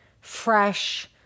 Fresh